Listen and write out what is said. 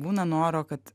būna noro kad